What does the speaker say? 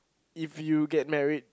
if you get married